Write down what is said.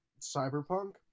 cyberpunk